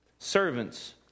Servants